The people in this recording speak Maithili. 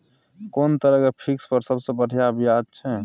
कोन तरह के फिक्स पर सबसे बढ़िया ब्याज छै?